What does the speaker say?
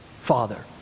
father